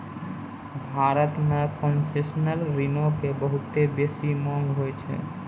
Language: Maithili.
भारत मे कोन्सेसनल ऋणो के बहुते बेसी मांग होय छै